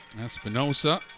Espinosa